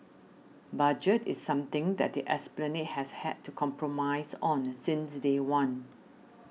budget is something that the Esplanade has had to compromise on since day one